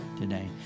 today